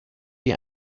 wie